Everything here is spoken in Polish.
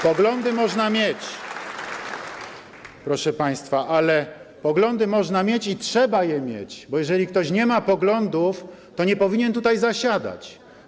Poglądy można mieć, proszę Państwa, poglądy można mieć i trzeba je mieć, bo jeżeli ktoś nie ma poglądów, to nie powinien tutaj zasiadać.